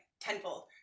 tenfold